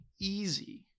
easy